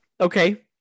okay